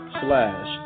slash